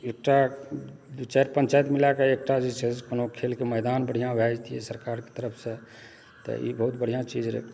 एकटा दू चारि पञ्चायत मिलाके एकटा जे छै से कोनो खेलके मैदान बढ़िआँ भए जैतियै सरकारके तरफसँ तऽ ई बहुत बढ़िआँ चीज रहय